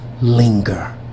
linger